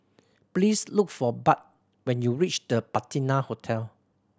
please look for Budd when you reach The Patina Hotel